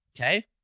Okay